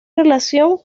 relación